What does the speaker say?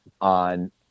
on